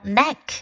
neck